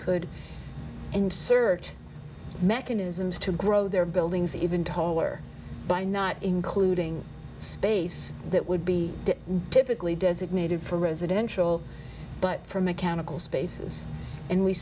could insert mechanisms to grow their buildings even taller by not including space that would be typically designated for residential but for mechanical spaces and we